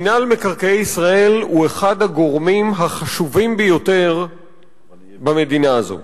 מינהל מקרקעי ישראל הוא אחד הגורמים החשובים ביותר במדינה הזאת.